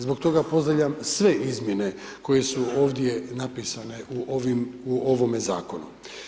Zbog toga pozdravljam sve izmjene koje su ovdje napisane u ovim, u ovome zakonu.